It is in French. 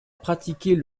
pratiquer